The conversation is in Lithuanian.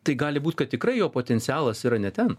tai gali būt kad tikrai jo potencialas yra ne ten